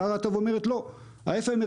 רת"א אומרת: ה-FAA,